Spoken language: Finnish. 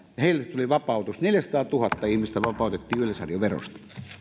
tuli vapautus neljäsataatuhatta ihmistä vapautettiin yleisradioverosta